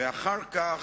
ואחר כך,